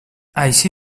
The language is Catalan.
així